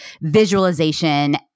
visualization